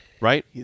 right